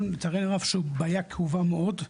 בבעיה כאובה מאוד.